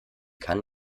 kann